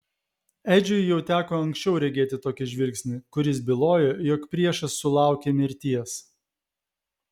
edžiui jau teko anksčiau regėti tokį žvilgsnį kuris bylojo jog priešas sulaukė mirties